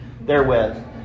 therewith